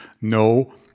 no